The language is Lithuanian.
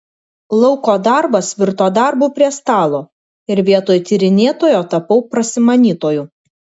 lauko darbas virto darbu prie stalo ir vietoj tyrinėtojo tapau prasimanytoju